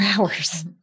hours